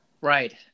right